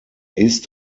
ist